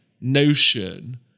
notion